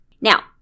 Now